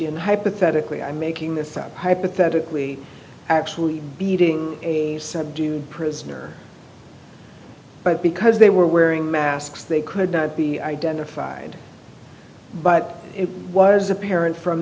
in hypothetically i'm making this up hypothetically actually beating a subdued prisoner but because they were wearing masks they could not be identified but it was apparent from